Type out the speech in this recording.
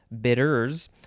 bitters